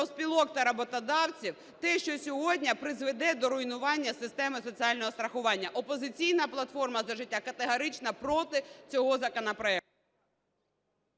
профспілок та роботодавців, те, що сьогодні призведе до руйнування системи соціального страхування. "Опозиційна платформа – За життя" категорично проти цього законопроекту.